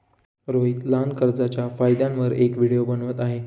रोहित लहान कर्जच्या फायद्यांवर एक व्हिडिओ बनवत आहे